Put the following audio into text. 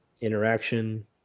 interaction